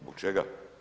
Zbog čega?